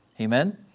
Amen